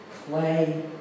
Play